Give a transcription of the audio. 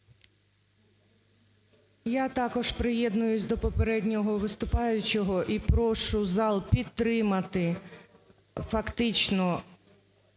Я також приєднуюсь до попереднього виступаючого. Я прошу зал підтримати фактично